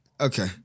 Okay